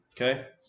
Okay